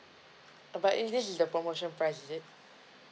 but is this is the promotion price is it